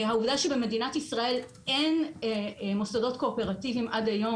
העובדה שבמדינת ישראל אין מוסדות קואופרטיביים עד היום